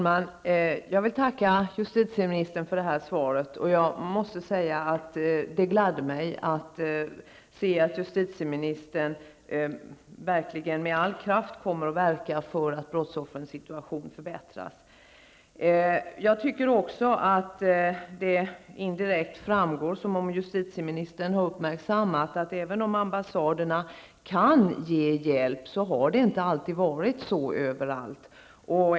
Fru talman! Jag tackar justitieministern för svaret. Det gladde mig att se att justitieministern med all kraft kommer att verka för att brottsoffrens situation förbättras. Jag tycker också att det indirekt framgår att justitieministern har uppmärksammat att även om ambassaderna kan ge hjälp så har de inte alltid varit så överallt.